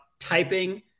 typing